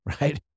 right